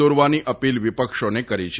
દોરવાની અપીલ વિપક્ષોને કરી છે